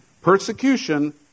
persecution